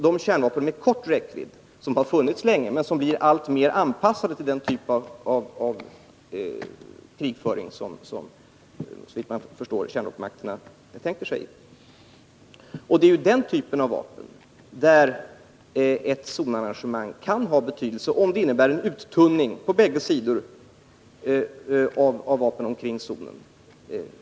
De kärnvapen med kort räckvidd som funnits länge blir alltmer anpassade till den typ av krigföring som såvitt jag förstår kärnvapenmakterna tänker sig i sina militärplaner. Och det är beträffande den typen av vapen som ett zonarrangemang kan ha betydelse, om det innebär en uttunning av vapen på bägge sidor om zonen.